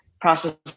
process